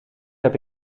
heb